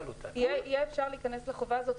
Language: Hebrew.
יהיה אפשר להיכנס לחובה הזאת,